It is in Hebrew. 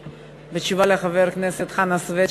בתשובה לחבר הכנסת חנא סוייד,